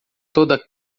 toda